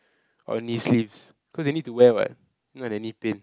or knee sleeves cause they need to wear [what] or not their knee pain